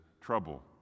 trouble